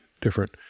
different